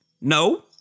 No